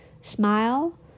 Smile